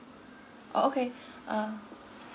oh okay uh